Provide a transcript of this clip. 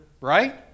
right